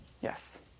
Yes